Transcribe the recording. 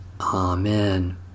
Amen